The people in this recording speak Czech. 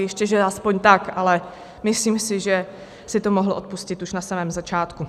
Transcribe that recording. Ještě že aspoň tak, ale myslím si, že si to mohl odpustit už na samém začátku.